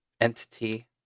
entity